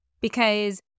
because-